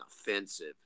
offensive